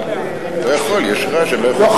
לא יכול, יש רעש, אני לא יכול ככה.